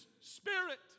Spirit